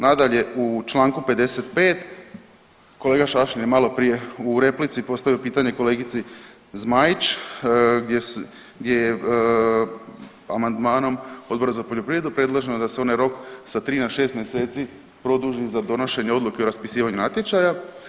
Nadalje u članku 55. kolega Šašlin je malo prije u replici postavio pitanje kolegici Zmaić gdje je amandmanom Odbora za poljoprivredu predloženo da se onaj rok sa tri na šest mjeseci produži za donošenje Odluke o raspisivanju natječaja.